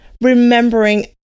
remembering